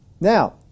Now